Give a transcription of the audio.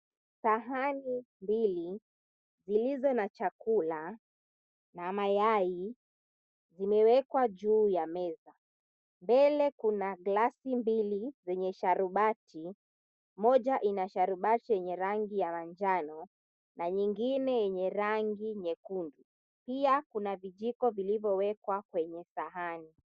Sahani mbili zilizo na chakula na mayai, zimewekwa juu ya meza mbele kuna glasi mbili zenye sharubati moja inasharubati yenye rangi ya manjano na nyingine yenye rangi nyekundu pia kuna vijiko vilivyowekwa kwenye sahani.